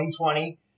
2020